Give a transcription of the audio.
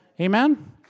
Amen